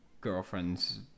girlfriend's